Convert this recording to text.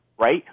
right